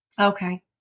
Okay